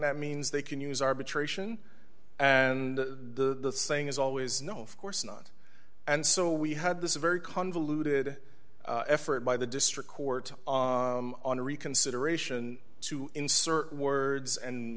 that means they can use arbitration and the saying is always no of course not and so we had this very convoluted effort by the district court on reconsideration to insert words and